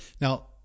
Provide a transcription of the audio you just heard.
now